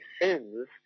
sins